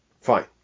Fine